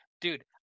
Dude